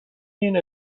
این